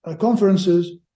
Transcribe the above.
conferences